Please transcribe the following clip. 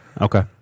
Okay